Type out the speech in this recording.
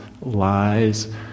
lies